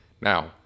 Now